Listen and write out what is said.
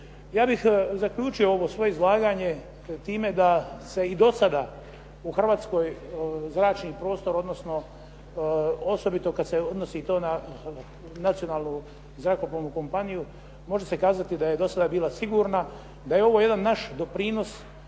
Ja bih zaključio ovo svoje izlaganje time da se i do sada u Hrvatskoj zračni prostor, odnosno osobito kad se odnosi to na nacionalnu zrakoplovnu kompaniju, može se kazati da je do sada bila sigurna, da je ovo jedan naš doprinos